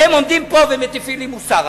והם עומדים פה ומטיפים לי מוסר.